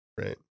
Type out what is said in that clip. right